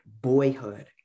boyhood